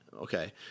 okay